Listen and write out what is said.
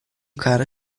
cara